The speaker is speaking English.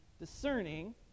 discerning